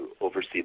oversee